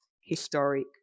historic